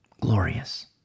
glorious